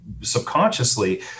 subconsciously